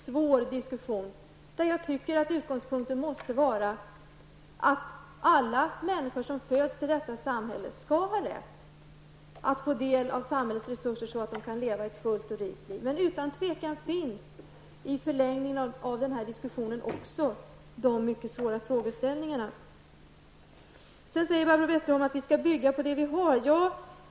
Denna diskussion är också mycket svår. Men utgångspunkten måste vara att alla människor som föds till detta samhälle skall ha rätt att få del av samhällets resurser så att de kan leva ett fullt och rikt liv. Utan tvivel finns i denna diskussions förlängning också dessa mycket svåra frågeställningar. Barbro Westerholm sade vidare att vi skall bygga på det vi har.